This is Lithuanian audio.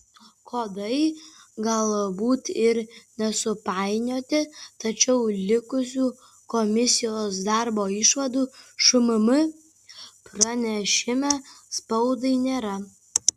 kodai galbūt ir nesupainioti tačiau likusių komisijos darbo išvadų šmm pranešime spaudai nėra